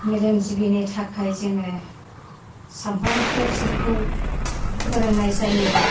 मेलेमजिबिनि थाखाय जोङो सानफ्रामबो बिसोरखौ फोरोंनाय जायो